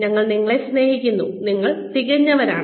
ഞങ്ങൾ നിന്നെ സ്നേഹിക്കുന്നു നിങ്ങൾ തികഞ്ഞവരാണ്